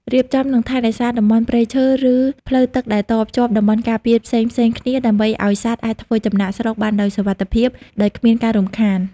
រៀបចំ និងថែរក្សាតំបន់ព្រៃឈើ ឬផ្លូវទឹកដែលតភ្ជាប់តំបន់ការពារផ្សេងៗគ្នា ដើម្បីឱ្យសត្វអាចធ្វើចំណាកស្រុកបានដោយសុវត្ថិភាព ដោយគ្មានការរំខាន។